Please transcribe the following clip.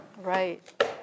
Right